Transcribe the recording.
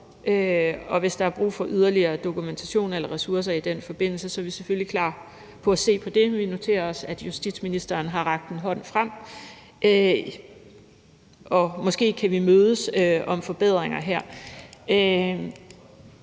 og hvis der er brug for yderligere dokumentation eller ressourcer i den forbindelse, er vi selvfølgelig klar til at se på det, men vi noterer os, at justitsministeren har rakt en hånd frem, og måske kan vi mødes om forbedringer her.